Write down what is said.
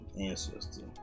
ancestor